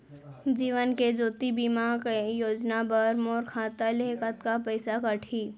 जीवन ज्योति बीमा योजना बर मोर खाता ले कतका पइसा कटही?